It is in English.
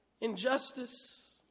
injustice